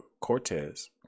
Cortez